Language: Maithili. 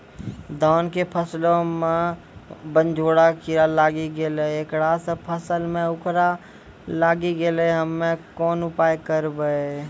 धान के फसलो मे बनझोरा कीड़ा लागी गैलै ऐकरा से फसल मे उखरा लागी गैलै हम्मे कोन उपाय करबै?